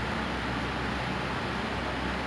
you know like very like feminine punya bags